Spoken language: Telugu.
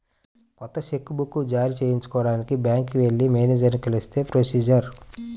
కొత్త చెక్ బుక్ జారీ చేయించుకోడానికి బ్యాంకుకి వెళ్లి మేనేజరుని కలిస్తే ప్రొసీజర్